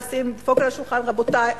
לדפוק על השולחן: רבותי,